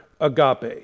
agape